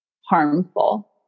harmful